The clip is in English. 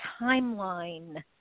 timeline